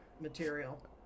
material